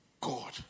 God